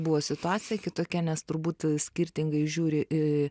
buvo situacija kitokia nes turbūt skirtingai žiūri į